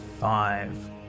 five